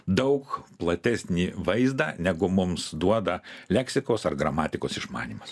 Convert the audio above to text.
daug platesnį vaizdą negu mums duoda leksikos ar gramatikos išmanymas